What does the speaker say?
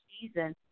season